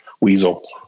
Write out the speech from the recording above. weasel